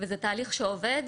וזה תהליך שעובד.